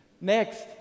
next